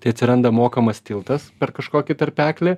tai atsiranda mokamas tiltas per kažkokį tarpeklį